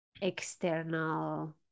external